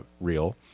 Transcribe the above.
real